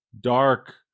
dark